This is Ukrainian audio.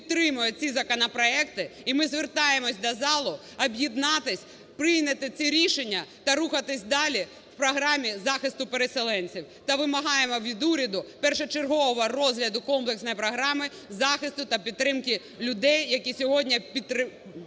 підтримує ці законопроекти і ми звертаємося до залу об'єднатися, прийняти це рішення та рухатися далі в програмі захисту переселенців, та вимагаємо від уряду першочергового розгляду комплексної програми захисту та підтримки людей, які сьогодні потребують